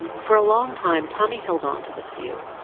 for a long time, tommy held onto this view,